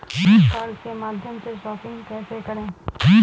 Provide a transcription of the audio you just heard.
Credit card के माध्यम से शॉपिंग कैसे करें?